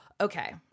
okay